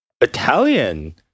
Italian